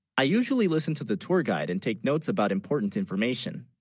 i? usually listen to the tour guide, and take notes about important information